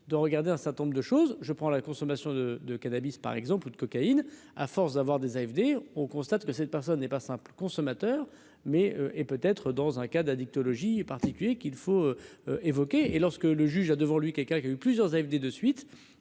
de regarder un certain nombre de choses, je prends la consommation de cannabis par exemple ou de cocaïne. à force d'avoir des AFD, on constate que cette personne n'est pas simple consommateur mais et peut être dans un cas d'addictologie particulier qu'il faut évoquer et lorsque le juge a devant lui, quelqu'un qui a eu plusieurs AFD de suite